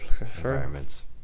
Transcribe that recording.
environments